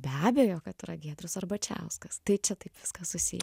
be abejo kad yra giedrius arbačiauskas tai čia taip viskas susiję